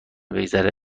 بگذره